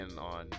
on